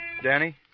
Danny